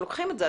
הם לוקחים אותו,